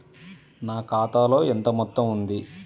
నా ఖాతాలో ఎంత మొత్తం ఉంది?